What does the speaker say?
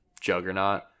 juggernaut